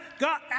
God